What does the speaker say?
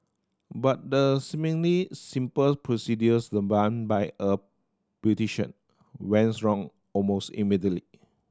but the seemingly simple procedures by a beautician wrong almost immediately